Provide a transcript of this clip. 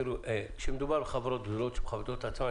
כשמדובר בחברות גדולות שמכבדות את עצמן,